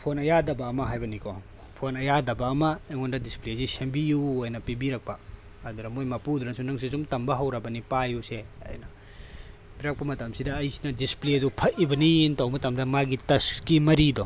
phone ꯑꯌꯥꯗꯕ ꯑꯃ ꯍꯥꯏꯕꯅꯤꯀꯣ ꯐꯣꯟ ꯑꯌꯥꯗꯕ ꯑꯃ ꯑꯩꯉꯣꯟꯗ ꯗꯤꯁꯄ꯭ꯂꯦꯁꯤ ꯁꯦꯝꯕꯤꯌꯨ ꯍꯥꯏꯅ ꯄꯤꯕꯤꯔꯛꯄ ꯑꯗꯨꯗ ꯃꯣꯏ ꯃꯄꯨꯗꯨꯅꯁꯨ ꯅꯪꯁꯦ ꯇꯝꯕ ꯍꯧꯔꯕꯅꯤ ꯄꯥꯏꯌꯨꯁꯦ ꯍꯥꯏꯅ ꯄꯤꯔꯛꯄ ꯃꯇꯝꯁꯤꯗ ꯑꯩꯁꯤꯅ ꯗꯤꯁꯄ꯭ꯂꯦꯗꯣ ꯐꯛꯏꯕꯅꯤ ꯍꯥꯏꯅ ꯇꯧꯕ ꯃꯇꯝꯗ ꯃꯥꯒꯤ ꯇ꯭ꯁꯀꯤ ꯃꯔꯤꯗꯣ